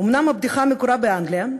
אומנם הבדיחה מקורה באנגליה,